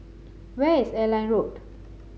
where is Airline Road